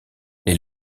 les